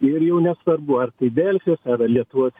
ir jau nesvarbu ar tai delfi ar lietuvos